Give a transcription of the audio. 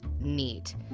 neat